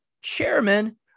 chairman